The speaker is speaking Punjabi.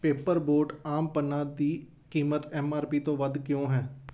ਪੇਪਰ ਬੋਟ ਆਮ ਪੰਨਾ ਦੀ ਕੀਮਤ ਐੱਮ ਆਰ ਪੀ ਤੋਂ ਵੱਧ ਕਿਉਂ ਹੈ